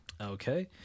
Okay